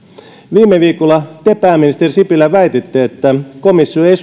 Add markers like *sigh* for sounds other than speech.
viime viikolla te pääministeri sipilä väititte että komissio ei *unintelligible*